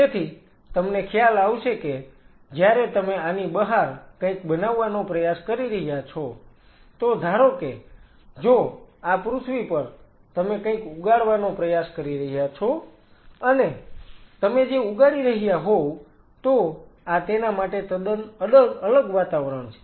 તેથી તમને ખ્યાલ આવશે કે જ્યારે તમે આની બહાર કંઈક બનાવવાનો પ્રયાસ કરી રહ્યા છો તો ધારો કે જો આ પૃથ્વી પર તમે કંઈક ઉગાડવાનો પ્રયાસ કરી રહ્યા છો અને તમે જે ઉગાડી રહ્યા હોવ તો આ તેના માટે તદ્દન અલગ વાતાવરણ છે